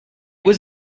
was